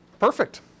Perfect